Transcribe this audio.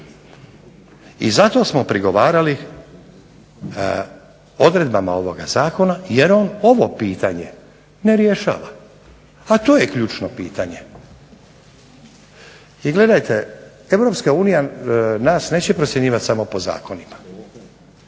i zato smo prigovarali odredbama ovog Zakona jer on ovo pitanje ne rješava a to je ključno pitanje. I gledajte Europska unija neće nas samo procjenjivati po zakonima